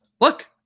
look